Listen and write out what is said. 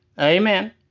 Amen